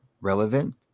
relevant